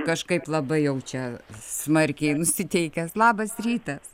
kažkaip labai jau čia smarkiai nusiteikęs labas rytas